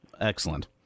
Excellent